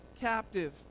captive